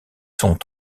sont